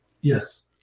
Yes